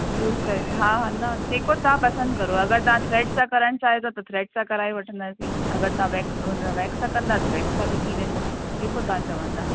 use करे हा न जेको तव्हां पसंदि करो अगरि तव्हां थ्रेड सां कराइण चाहियो था त थ्रेड सां कराए वठंदासीं अगरि तव्हां वेक्स हुन वेक्स सां कंदा त वेक्स सां बि थी वेंदो जेको तव्हां चवंदा